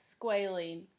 squalene